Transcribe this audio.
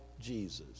Jesus